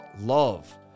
love